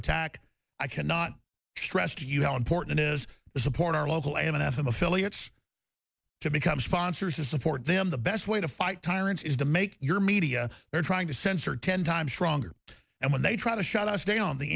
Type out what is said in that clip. attack i cannot stress to you how important is the support our local and anathema affiliates to become sponsors to support them the best way to fight tyrants is to make your media they're trying to censor ten times stronger and when they try to shut us down the